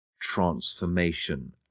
transformation